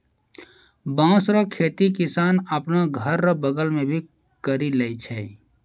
बाँस रो खेती किसान आपनो घर रो बगल मे भी करि लै छै